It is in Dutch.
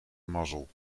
mazzel